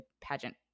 pageant